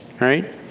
right